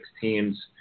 teams